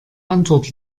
antwort